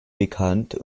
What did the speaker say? bekannt